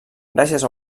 gràcies